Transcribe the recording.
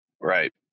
Right